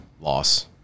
Loss